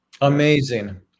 Amazing